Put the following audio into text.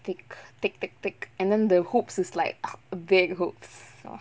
tick tick tick tick and then the hoops is like big hoops